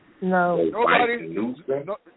No